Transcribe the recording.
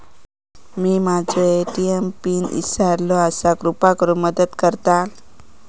मी माझो ATM pin इसरलो आसा कृपा करुन मदत करताल